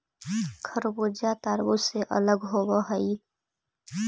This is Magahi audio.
खरबूजा तारबुज से अलग होवअ हई